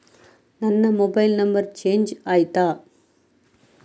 ನನ್ನ mobile number change ಆಯ್ತಾ?